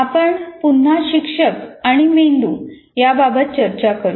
आपण पुन्हा शिक्षक आणि मेंदू याबाबत चर्चा करू